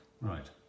Right